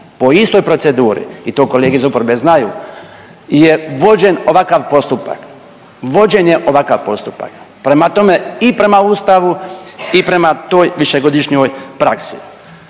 po istoj proceduri i to kolege iz oporbe znaju je vođen ovakav postupak, vođen je ovakav postupak. Prema tome i prema Ustavu i prema toj višegodišnjoj praksi.